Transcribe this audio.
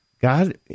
God